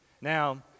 Now